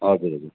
हजुर हजुर